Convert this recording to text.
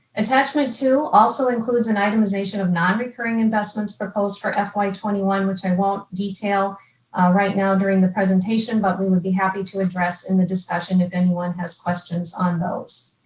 attachment two also includes an itemization of non-recurring investments proposed for fy twenty one, which i won't detail right now during the presentation but we will be happy to address in the discussion if anyone has questions on those.